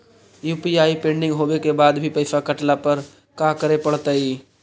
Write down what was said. UPI pending होवे के बाद भी पैसा कटला पर का करे पड़तई?